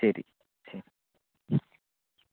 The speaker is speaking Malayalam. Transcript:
ശരി ശരി